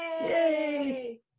Yay